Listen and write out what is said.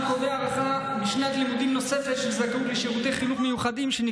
והוא קובע הארכה של זכאות לשירותי חינוך מיוחדים בשנת לימודים נוספת,